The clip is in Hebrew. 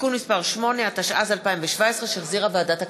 (תיקון מס' 8), התשע"ז 2017, שהחזירה ועדת הכלכלה.